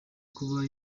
kuba